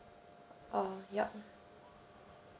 uh yup